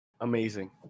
Amazing